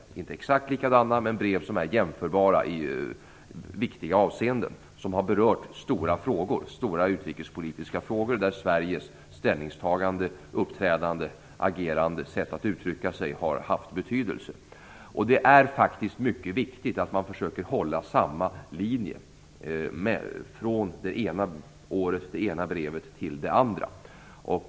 Breven är inte exakt likadana, men de är jämförbara i viktiga avseenden. De har berört stora utrikespolitiska frågor där Sveriges ställningstagande, uppträdande, agerande och sätt att uttrycka sig har haft betydelse. Det är faktiskt mycket viktigt att man försöker hålla samma linje från det ena året och det ena brevet till det andra.